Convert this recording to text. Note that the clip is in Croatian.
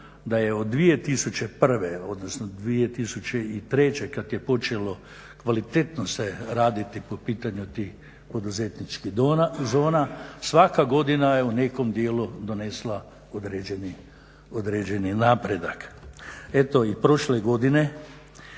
da je od 2001., odnosno 2003. kada je počelo kvalitetno se raditi po pitanju tih poduzetničkih zona, svaka godina je u nekom dijelu donesla određeni napredak. Eto i prošle godine